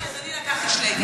אז אני לוקחת שלייקעס,